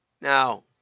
Now